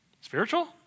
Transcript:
Spiritual